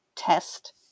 test